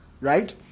Right